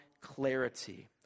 clarity